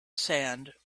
sand